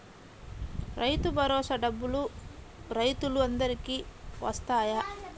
రైతు భరోసా డబ్బులు రైతులు అందరికి వస్తాయా?